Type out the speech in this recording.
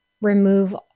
remove